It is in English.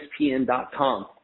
ESPN.com